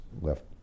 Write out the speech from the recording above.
left